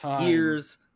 years